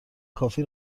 کافی